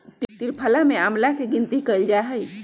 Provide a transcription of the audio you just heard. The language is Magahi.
त्रिफला में आंवला के गिनती कइल जाहई